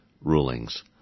rulings